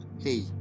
Hey